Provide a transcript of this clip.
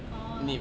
orh